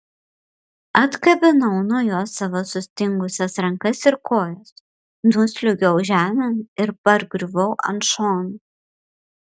atkabinau nuo jo savo sustingusias rankas ir kojas nusliuogiau žemėn ir pargriuvau ant šono